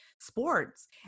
sports